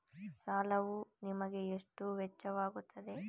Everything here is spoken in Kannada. ಸಾಲವು ನಿಮಗೆ ಎಷ್ಟು ವೆಚ್ಚವಾಗುತ್ತದೆ?